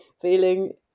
feeling